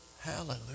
Hallelujah